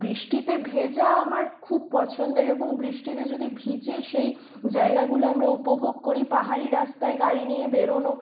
বৃষ্টিতে ভেজা আমার খুব পছন্দের এবং বৃষ্টিতে যদি ভিজে সেই জায়গাগুলো আমরা উপভোগ করি পাহাড়ি রাস্তায় গাড়ি নিয়ে বেরোনো